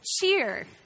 cheer